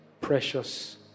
precious